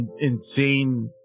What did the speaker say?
insane